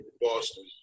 Boston